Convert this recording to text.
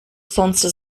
сонце